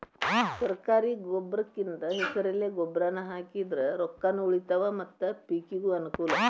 ಸರ್ಕಾರಿ ಗೊಬ್ರಕಿಂದ ಹೆಸರೆಲೆ ಗೊಬ್ರಾನಾ ಹಾಕಿದ್ರ ರೊಕ್ಕಾನು ಉಳಿತಾವ ಮತ್ತ ಪಿಕಿಗೂ ಅನ್ನಕೂಲ